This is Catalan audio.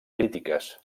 crítiques